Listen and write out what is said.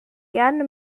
gerne